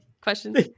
questions